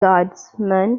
guardsmen